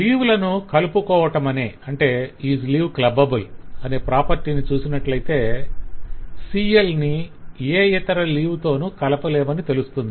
leave లను కలుపుకోవటమనే 'Is leave clubbable' property ని చూసినట్లయితే CL ని ఏ ఇతర లీవ్ తోనూ కలపలేమని తెలుస్తుంది